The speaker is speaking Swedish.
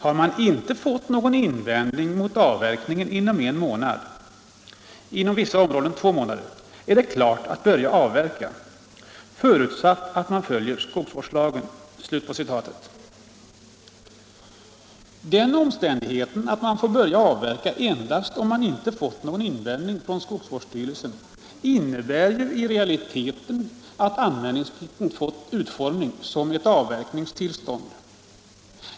Har man inte fått någon invändning mot avverkningen inom en månad är det klart att börja avverka — förutsatt att man följer skogsvårdslagen.” Den omständigheten att man får börja avverka endast om man inte fått någon invändning från skogsvårdsstyrelsen innebär ju i realiteten att anmälningsplikten fått utformning som ett avverkningstillstånd.